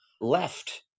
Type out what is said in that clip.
left